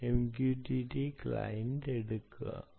ഒരു MQTT client എടുക്കുക